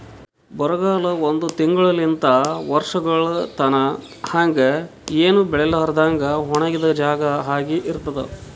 ಬರಗಾಲ ಒಂದ್ ತಿಂಗುಳಲಿಂತ್ ವರ್ಷಗೊಳ್ ತನಾ ಹಂಗೆ ಏನು ಬೆಳಿಲಾರದಂಗ್ ಒಣಗಿದ್ ಜಾಗಾ ಆಗಿ ಇರ್ತುದ್